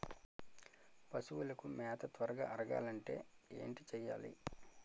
పశువులకు మేత త్వరగా అరగాలి అంటే ఏంటి చేయాలి?